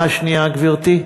מה השנייה, גברתי?